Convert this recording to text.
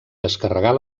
descarregar